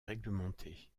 réglementée